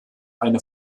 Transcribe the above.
eine